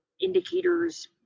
indicators